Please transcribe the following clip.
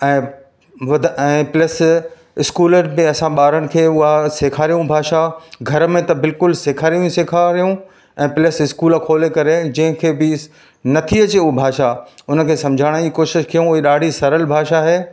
ऐं वध ऐं प्लस इस्कूल बि असां ॿारनि खे उहा सेखारियूं भाषा घर में त बिल्कुलु सेखारनि ई सेखारियूं ऐं प्लस इस्कूल खोले करे जंहिंखे बि नथी अचे हूअ भाषा उनखे सम्झाइण जी कोशिशि कयूं ऐं ॾाढी सरल भाषा आहे